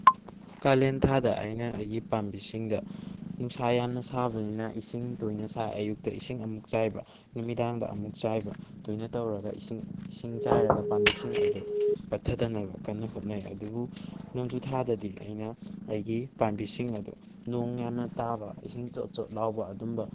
ꯀꯥꯂꯦꯟ ꯊꯥꯗ ꯑꯩꯅ ꯑꯩꯒꯤ ꯄꯥꯝꯕꯤꯁꯤꯡꯗ ꯅꯨꯡꯁꯥ ꯌꯥꯝꯅ ꯁꯥꯕꯅꯤꯅ ꯏꯁꯤꯡ ꯇꯣꯏꯅ ꯆꯥꯏ ꯑꯌꯨꯛꯇ ꯏꯁꯤꯡ ꯑꯃꯨꯛ ꯆꯥꯏꯕ ꯅꯨꯃꯤꯗꯥꯡꯗ ꯑꯃꯨꯛ ꯆꯥꯏꯕ ꯇꯣꯏꯅ ꯇꯧꯔꯒ ꯏꯁꯤꯡ ꯏꯁꯤꯡ ꯆꯥꯏꯔꯒ ꯄꯥꯝꯕꯤꯁꯤꯡ ꯑꯗꯨ ꯄꯠꯊꯗꯅꯕ ꯀꯟꯅ ꯍꯣꯠꯅꯩ ꯑꯗꯨꯕꯨ ꯅꯣꯡꯖꯨꯊꯥꯗꯗꯤ ꯑꯩꯅ ꯑꯩꯒꯤ ꯄꯥꯝꯕꯤꯁꯤꯡ ꯑꯗꯣ ꯅꯣꯡ ꯌꯥꯝ ꯇꯥꯕ ꯏꯁꯤꯡ ꯆꯣꯠ ꯆꯣꯠ ꯂꯥꯎꯕ ꯑꯗꯨꯝꯕ